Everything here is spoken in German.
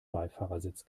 beifahrersitz